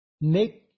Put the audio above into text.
make